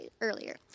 earlier